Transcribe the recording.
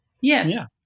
yes